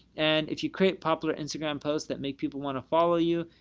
and if you create popular instagram posts that make people want to follow you,